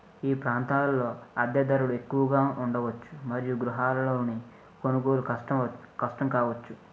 ఈ ప్రాంతాలలో అద్దె ధరలు ఎక్కువగా ఉండవచ్చు మరియు గృహాలలోని కొనుగోలు కష్టం కష్టం కావచ్చు